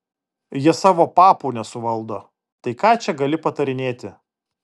ji savo papų nesuvaldo tai ką čia gali patarinėti